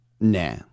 nah